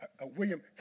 William